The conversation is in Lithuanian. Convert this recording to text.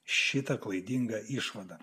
šitą klaidingą išvadą